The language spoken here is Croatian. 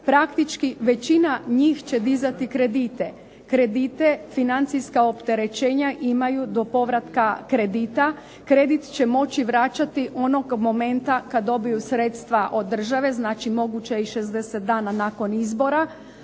praktički većina njih će dizati kredite, kredite financijska opterećenja imaju do povratka kredita. Kredit će moći vraćati onog momenta kad dobiju sredstva od države. Znači moguće je i 60 dana nakon izbora,